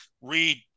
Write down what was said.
read